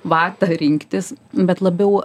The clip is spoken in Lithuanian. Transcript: vatą rinktis bet labiau